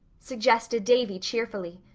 suggested davy cheerfully.